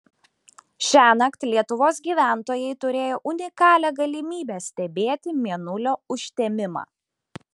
šiąnakt lietuvos gyventojai turėjo unikalią galimybę stebėti mėnulio užtemimą